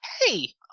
hey